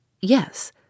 Yes